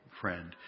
friend